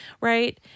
Right